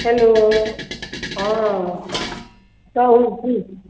hello हँ कहू की